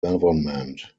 government